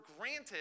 granted